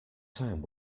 time